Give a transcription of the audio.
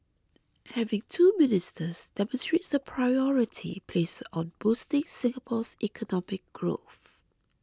having two ministers demonstrates the priority placed on boosting Singapore's economic growth